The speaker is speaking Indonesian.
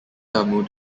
tamu